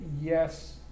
yes